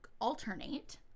alternate